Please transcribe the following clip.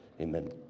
amen